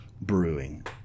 brewing